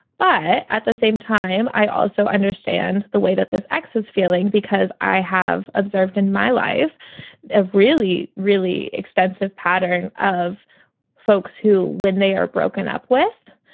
but at the same time, i also understand the way that this ex is feeling because i have observed in my life of really, really extensive pattern of folks who when they are broken up with.